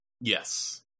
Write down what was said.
yes